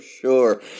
sure